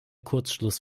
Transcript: kurzschluss